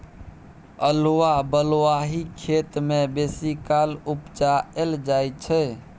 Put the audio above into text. अल्हुआ बलुआही खेत मे बेसीकाल उपजाएल जाइ छै